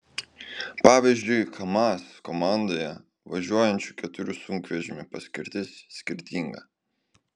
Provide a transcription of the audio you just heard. pavyzdžiui kamaz komandoje važiuojančių keturių sunkvežimių paskirtis skirtinga